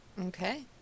Okay